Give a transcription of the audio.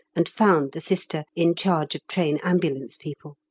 and found the sister in charge of train ambulance people.